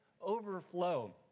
overflow